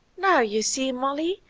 now you see, molly,